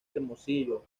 hermosillo